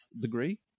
degree